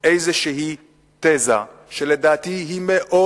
איזושהי תזה שלדעתי היא מאוד